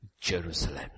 Jerusalem